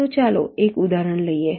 તો ચાલો એક ઉદાહરણ લઈએ